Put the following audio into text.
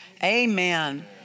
Amen